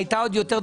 זה לא